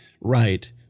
right